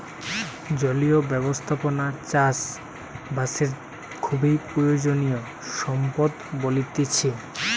জলীয় ব্যবস্থাপনা চাষ বাসের জন্য খুবই প্রয়োজনীয় সম্পদ বলতিছে